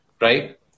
right